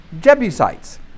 Jebusites